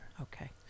Okay